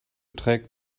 trägt